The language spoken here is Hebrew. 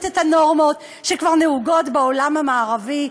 את הנורמות שכבר נהוגות בעולם המערבי,